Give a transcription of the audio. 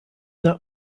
that